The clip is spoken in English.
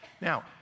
Now